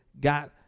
got